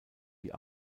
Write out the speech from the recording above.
die